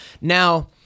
Now